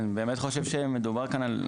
אני באמת חושב שמדובר כאן על,